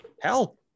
hell